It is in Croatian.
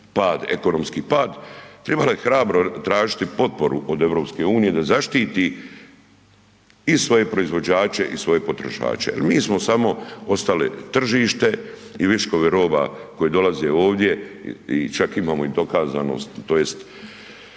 ekonomski pad tribala je hrabro tražiti potporu od EU da zaštiti i svoje proizvođače i svoje potrošače. Jer mi smo samo ostali tržište i viškovi roba koji dolaze ovdje i čak imamo i dokazanost tj.